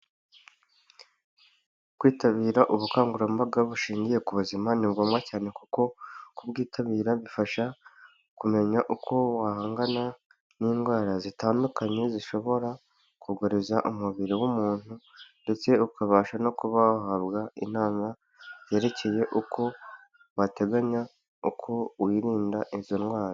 Kwitabira ubukangurambaga bushingiye ku buzima ni ngombwa cyane kuko kubwitabira bifasha kumenya uko wahangana n'indwara zitandukanye, zishobora kugoreza umubiri w'umuntu, ndetse ukabasha no kubahabwa inama yerekeye uko wateganya, uko wirinda izo ndwara.